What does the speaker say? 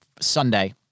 Sunday